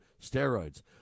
steroids